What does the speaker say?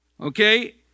Okay